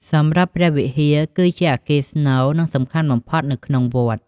សម្រាប់ព្រះវិហារគឺជាអគារស្នូល និងសំខាន់បំផុតនៅក្នុងវត្ត។